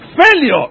Failure